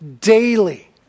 daily